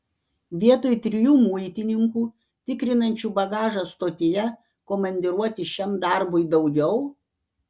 vietoj trijų muitininkų tikrinančių bagažą stotyje komandiruoti šiam darbui daugiau